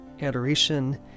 adoration